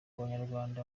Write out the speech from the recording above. banyarwanda